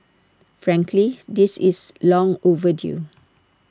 frankly this is long overdue